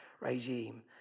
regime